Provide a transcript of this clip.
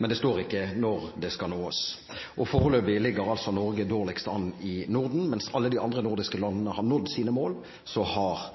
men det står ikke når det skal nås. Foreløpig ligger altså Norge dårligst an i Norden. Mens alle de andre nordiske landene har nådd sine mål, har